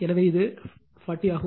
எனவே இது 40 ஆகும்